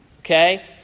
Okay